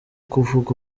kuvuga